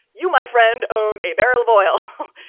you myfriend own a barrel of oil.